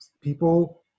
people